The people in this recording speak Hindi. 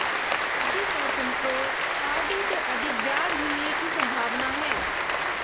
एफ.डी पर तुमको आर.डी से अधिक ब्याज मिलने की संभावना है